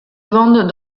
vendent